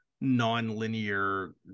non-linear